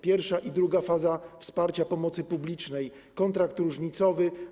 Pierwsza i druga faza wsparcia, pomocy publicznej, kontrakt różnicowy.